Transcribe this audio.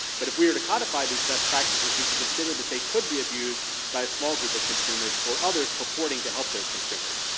but if we are to codify these best practices we should consider that they could be abused by a small group of consumers or other purporting to help those consumers.